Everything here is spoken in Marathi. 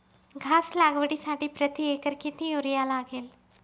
घास लागवडीसाठी प्रति एकर किती युरिया लागेल?